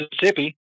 Mississippi